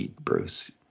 Bruce